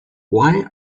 why